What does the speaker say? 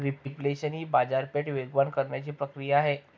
reflation ही बाजारपेठ वेगवान करण्याची प्रक्रिया आहे